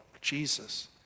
Jesus